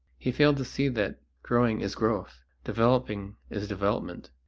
he failed to see that growing is growth, developing is development,